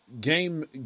game